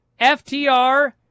FTR-